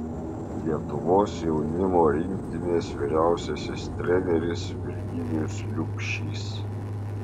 lietuvos jaunimo rinktinės vyriausiasis treneris virginijus liubšys